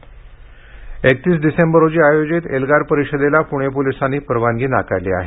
एल्गार एकतीस डिसेंबर रोजी आयोजित एल्गार परिषदेला पुणे पोलिसांनी परवानगी नाकारली आहे